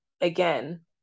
again